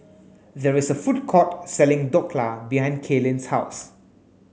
there is a food court selling Dhokla behind Kaylyn's house